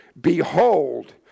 Behold